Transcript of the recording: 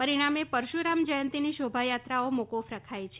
પરિણામે પરશુરામ જયંતિની શોભાયાત્રાઓ મોકૂફ રખાઈ છે